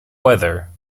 weather